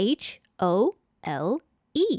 hole